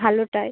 ভালোটাই